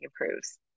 improves